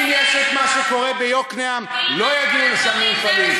שאתם שמים על הצפון,